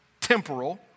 temporal